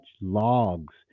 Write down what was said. logs